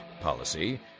Policy